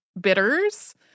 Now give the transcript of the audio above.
bitters